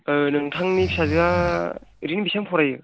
नोंथांनि फिसाजोआ ओरैनो बेसेबां फरायो